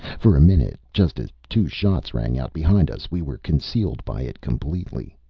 for a minute, just as two shots rang out behind us, we were concealed by it completely.